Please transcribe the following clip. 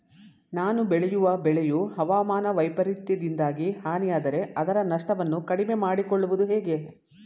ನಾನು ಬೆಳೆಯುವ ಬೆಳೆಯು ಹವಾಮಾನ ವೈಫರಿತ್ಯದಿಂದಾಗಿ ಹಾನಿಯಾದರೆ ಅದರ ನಷ್ಟವನ್ನು ಕಡಿಮೆ ಮಾಡಿಕೊಳ್ಳುವುದು ಹೇಗೆ?